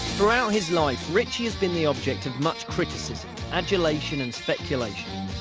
throughout his life, ritchie has been the object of much criticism, adulation and speculation.